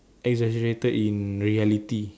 exaggerated in reality